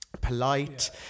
polite